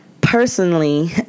Personally